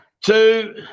two